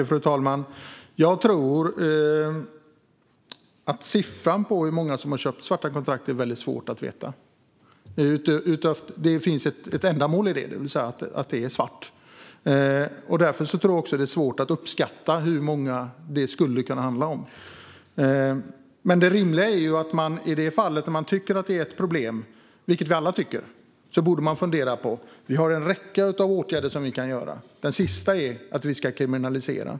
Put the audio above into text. Fru talman! Jag tror att det är svårt att uppskatta hur många som har köpt svarta kontrakt eftersom det är just svarta kontrakt. Vi tycker alla att detta är ett problem, men det finns en räcka av åtgärder man kan vidta innan man kriminaliserar.